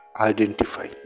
identify